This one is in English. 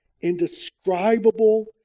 indescribable